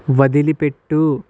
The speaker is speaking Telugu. వదిలిపెట్టు